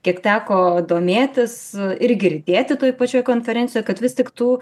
kiek teko domėtis ir girdėti toje pačioj konferencijoj kad vis tik tų